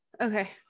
Okay